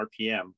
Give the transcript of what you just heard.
RPM